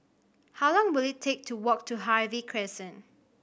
how long will it take to walk to Harvey Crescent